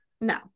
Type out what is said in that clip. No